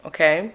Okay